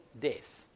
death